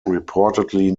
reportedly